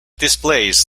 displays